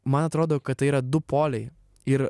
man atrodo kad tai yra du poliai ir